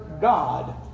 God